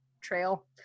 trail